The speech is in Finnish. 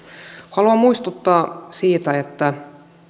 haluan muistuttaa siitä että